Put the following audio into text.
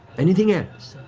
anything else?